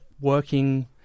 working